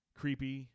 creepy